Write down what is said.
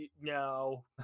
No